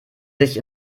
sich